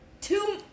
Two